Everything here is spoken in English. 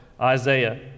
Isaiah